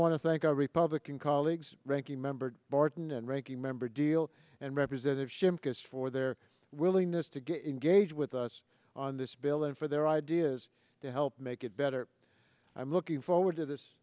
want to thank our republican colleagues ranking member barton and ranking member deal and representative shimkus for their willingness to get engaged with us on this bill and for their ideas to help make it better i'm looking forward to this